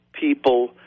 people